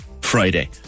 Friday